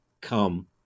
come